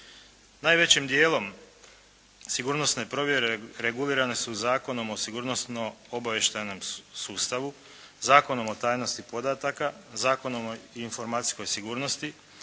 Najvećim dijelom sigurnosne provjere regulirane su Zakonom o sigurnosno obavještajnom sustavu, Zakonom o tajnosti podataka, Zakonom o informacijskoj sigurnosti.